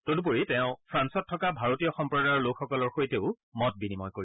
তদুপৰি তেওঁ ফ্ৰান্দত থকা ভাৰতীয় সম্প্ৰদায়ৰ লোকসকলৰ সৈতেও মত বিনিময় কৰিব